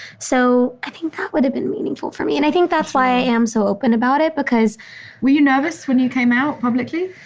so i think that would have been meaningful for me. and i think that's why i am so open about it because were you nervous when you came out publicly?